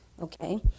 okay